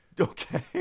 Okay